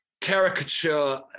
caricature